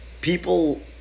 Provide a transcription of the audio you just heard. people